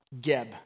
Geb